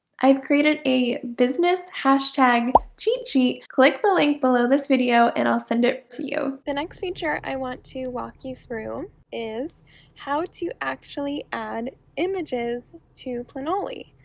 i've created a business hashtag cheat sheet. click the link below this video and i'll send it to you. the next feature i want to walk you through is how to actually add images to planoly.